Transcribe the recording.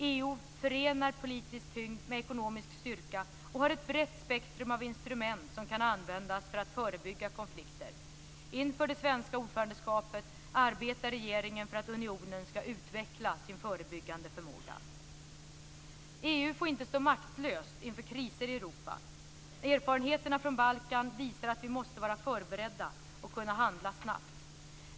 EU förenar politisk tyngd med ekonomisk styrka och har ett brett spektrum av instrument som kan användas för att förebygga konflikter. Inför det svenska ordförandeskapet arbetar regeringen för att unionen ska utveckla sin förebyggande förmåga. EU får inte stå maktlöst inför kriser i Europa. Erfarenheterna från Balkan visar att vi måste vara förberedda och kunna handla snabbt.